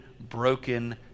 broken